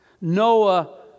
Noah